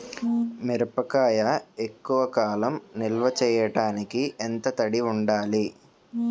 మిరపకాయ ఎక్కువ కాలం నిల్వ చేయటానికి ఎంత తడి ఉండాలి?